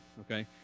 okay